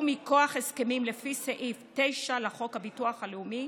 מכוח הסכמים לפי סעיף 9 לחוק הביטוח הלאומי,